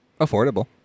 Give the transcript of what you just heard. affordable